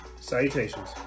Salutations